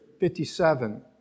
57